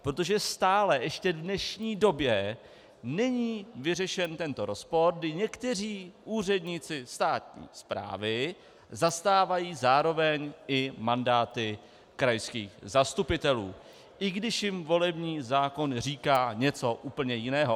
Protože stále ještě v dnešní době není vyřešen tento rozpor, kdy někteří úředníci státní správy zastávají zároveň i mandáty krajských zastupitelů, i když jim volební zákon říká něco úplně jiného.